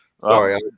Sorry